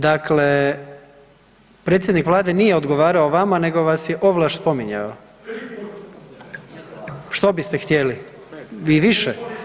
Dakle, predsjednik vlade nije odgovarao vama nego vas je ovlaš spominjao [[Upadica iz klupe: Tri puta]] Što biste htjeli i više?